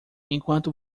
enquanto